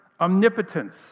omnipotence